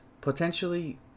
potentially